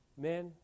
men